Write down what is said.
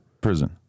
prison